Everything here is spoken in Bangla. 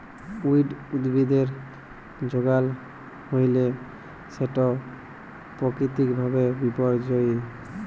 উইড উদ্ভিদের যগাল হ্যইলে সেট পাকিতিক ভাবে বিপর্যয়ী